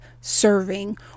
serving